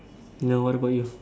no what about you